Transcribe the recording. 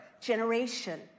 generation